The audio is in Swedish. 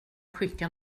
skickar